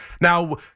now